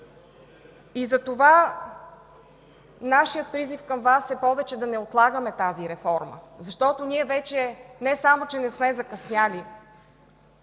система. Нашият призив към Вас е повече да не отлагаме тази реформа, защото вече не само че сме закъснели,